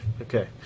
Okay